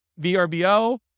VRBO